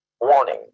Warning